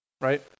right